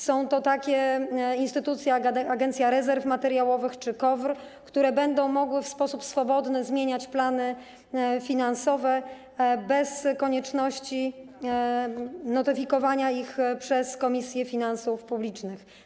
Są to takie instytucje jak Agencja Rezerw Materiałowych czy KOWR, które będą mogły w sposób swobodny zmieniać plany finansowe bez konieczności notyfikowania ich przez Komisję Finansów Publicznych.